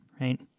right